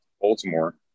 Baltimore